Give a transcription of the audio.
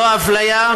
לא אפליה,